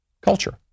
culture